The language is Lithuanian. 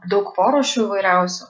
daug porūšių įvairiausių